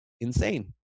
insane